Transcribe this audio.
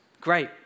Great